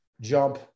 jump